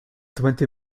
twenty